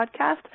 podcast